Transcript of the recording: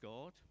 God